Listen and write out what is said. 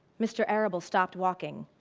mr. arable stopped walking.